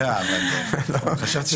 זה